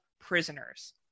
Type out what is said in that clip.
prisoners